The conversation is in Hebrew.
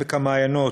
עמק המעיינות,